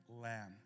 lamb